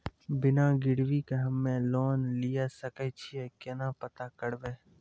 बिना गिरवी के हम्मय लोन लिये सके छियै केना पता करबै?